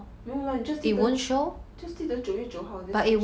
没有 lah 你 just 记得 just 记得九月九号 just 进去